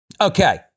Okay